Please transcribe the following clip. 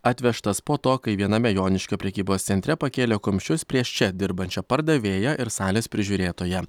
atvežtas po to kai viename joniškio prekybos centre pakėlė kumščius prieš čia dirbančią pardavėją ir salės prižiūrėtoją